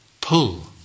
pull